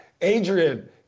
Adrian